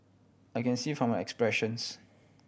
I can see from my expressions